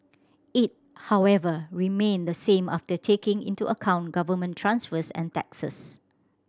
it however remained the same after taking into account government transfers and taxes